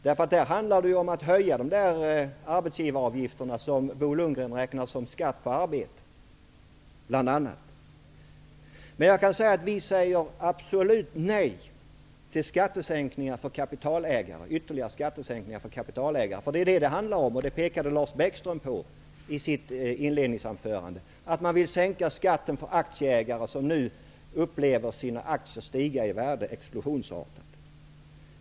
Det handlar om att höja arbetsgivaravgifterna, vilka är något som Bo Lundgren betraktar som skatt på arbete. Vi säger absolut nej till ytterligare skattesänkningar för kapitalägare. Det är vad det handlar om, och det pekade också Lars Bäckström på i sitt inledningsanförande. Man vill sänka skatten för aktieägare, som nu upplever att deras aktier explosionsartat stiger i värde.